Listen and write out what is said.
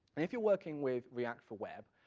if you're working with react for web,